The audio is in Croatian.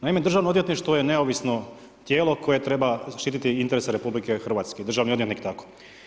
Naime Državno odvjetništvo je neovisno tijelo koje treba širiti interese RH i državni odvjetnik tako.